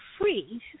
free